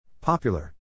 Popular